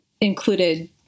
included